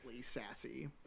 sassy